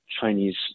Chinese